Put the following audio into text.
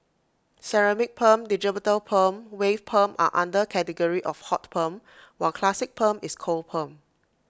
ceramic perm digital perm wave perm are under category of hot perm while classic perm is cold perm